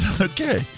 Okay